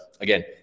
again